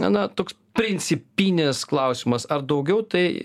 gana toks principinis klausimas ar daugiau tai